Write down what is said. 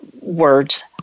words